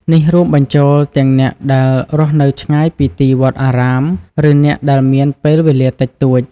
នេះរួមបញ្ចូលទាំងអ្នកដែលរស់នៅឆ្ងាយពីទីវត្តអារាម ឬអ្នកដែលមានពេលវេលាតិចតួច។